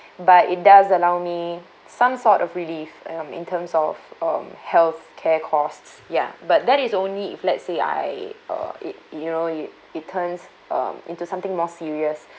but it does allow me some sort of relief um in terms of um health care costs ya but that is only if let's say I uh you you know you it turns um into something more serious